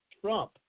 Trump